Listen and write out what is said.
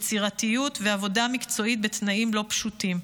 יצירתיות ועבודה מקצועית בתנאים לא פשוטים.